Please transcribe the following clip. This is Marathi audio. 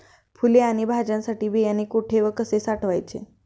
फुले आणि भाज्यांसाठी बियाणे कुठे व कसे साठवायचे?